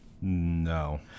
No